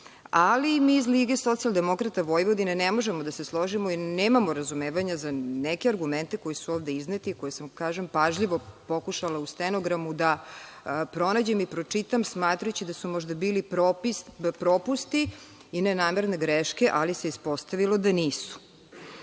Ali, mi iz Lige socijaldemokrata Vojvodine ne možemo da se složimo i nemamo razumevanja za neke argumente koji su ovde izneti i koje sam, kažem, pažljivo pokušala u stenogramu da pronađem i pročitam, smatrajući da su možda bili propusti i nenamerne greške, ali se ispostavilo da